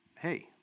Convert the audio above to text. Hey